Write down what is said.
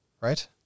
right